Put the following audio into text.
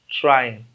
trying